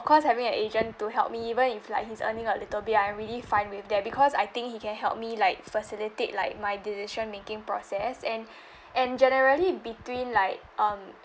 of course having a agent to help me even if like he's earning a little bit I'm really fine with that because I think he can help me like facilitate like my decision making process and and generally between like um